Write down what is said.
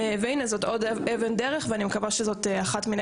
זו עוד אבן דרך ואני מקווה שזו אחת מיני